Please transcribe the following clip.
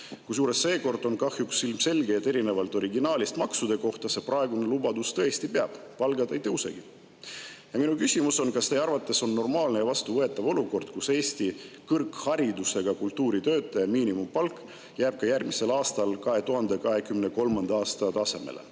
Kusjuures, seekord on kahjuks ilmselge, et erinevalt originaalist, mis oli maksude kohta, see praegune lubadus tõesti peab – palgad ei tõusegi. Minu küsimus on, kas teie arvates on normaalne ja vastuvõetav olukord, kus Eestis kõrgharidusega kultuuritöötaja miinimumpalk jääb ka järgmisel aastal 2023. aasta tasemele,